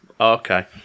Okay